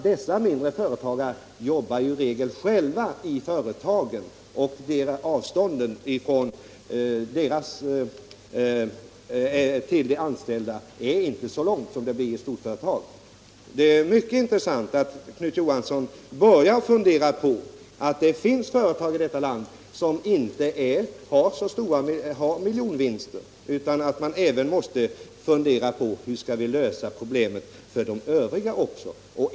Dessa mindre företagare jobbar i regel själva i sina företag, och avståndet till deras anställda är därför inte så långt som i storföretagen. Det är mycket intressant att herr Knut Johansson börjar inse att det finns företag i detta land som inte har miljonvinster utan att man nu måste fundera på hur man skall kunna lösa problemet för dem också.